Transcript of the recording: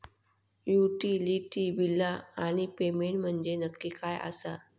Utility बिला आणि payment म्हंजे नक्की काय आसा?